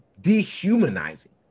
dehumanizing